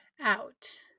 out